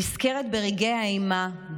נזכרת ברגעי האימה,